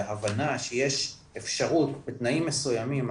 שיש אפשרות בתנאים מסוימים,